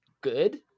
good